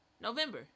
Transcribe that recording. November